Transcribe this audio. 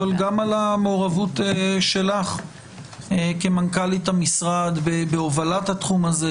אבל גם על המעורבות שלך כמנכ"לית המשרד בהובלת התחום הזה,